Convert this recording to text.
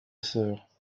sœur